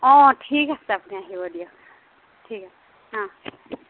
অঁ ঠিক আছে আপুনি আহিব দিয়ক ঠিক আছে অঁ